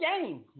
game